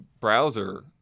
browser